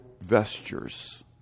vestures